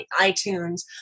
iTunes